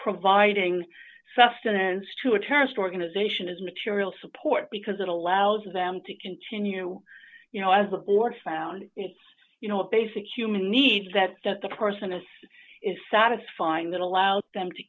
providing sustenance to a terrorist organization is material support because it allows them to continue you know as the board found you know a basic human needs that the person s is satisfying that allowed them to